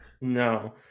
No